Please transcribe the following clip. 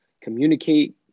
communicate